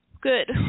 Good